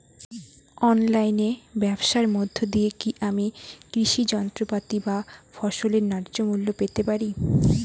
অনলাইনে ব্যাবসার মধ্য দিয়ে কী আমি কৃষি যন্ত্রপাতি বা ফসলের ন্যায্য মূল্য পেতে পারি?